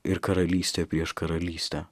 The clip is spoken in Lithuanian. ir karalystė prieš karalystę